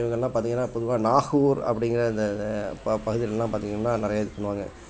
இவங்கெல்லாம் பார்த்திங்கன்னா பொதுவாக நாகூர் அப்படிங்கிற இந்த இந்த ப பகுதிகளெல்லாம் பார்த்திங்கன்னா நிறைய இது பண்ணுவாங்க